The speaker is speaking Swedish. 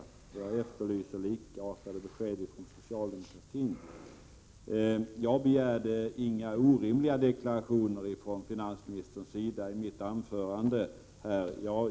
Däremot efterlyser jag likartade besked från socialdemokraterna. Jag begärde inga orimliga deklarationer från finansministerns sida i mitt inlägg.